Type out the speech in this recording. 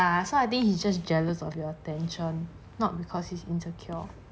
ya so I think he just jealous of your attention not because he's insecure